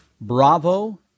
Bravo